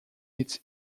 its